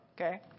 Okay